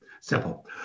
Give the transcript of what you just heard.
simple